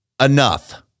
enough